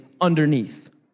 underneath